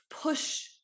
push